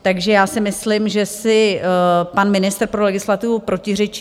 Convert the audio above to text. Takže já si myslím, že si pan ministr pro legislativu protiřečí.